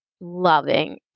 loving